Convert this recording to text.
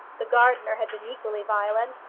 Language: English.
the gardener had been equally violent,